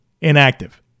inactive